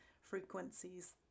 frequencies